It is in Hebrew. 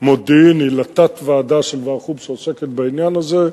מודיעיני לתת-ועדה של ועדת החוץ והביטחון שעוסקת בעניין הזה,